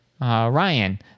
Ryan